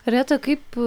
reta kaip